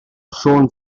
siôn